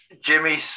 Jimmy